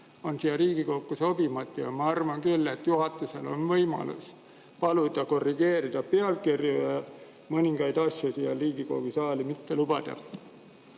on siia Riigikokku sobimatu. Ma arvan küll, et juhatusel on võimalus paluda korrigeerida pealkirju ja mõningaid asju siia Riigikogu saali mitte lubada.